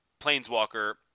Planeswalker